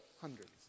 hundreds